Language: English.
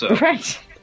Right